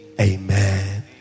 Amen